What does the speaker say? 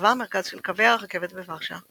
מהווה מרכז של קווי הרכבת בוורשה,